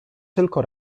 tylko